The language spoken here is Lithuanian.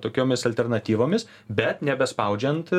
tokiomis alternatyvomis bet nebespaudžiant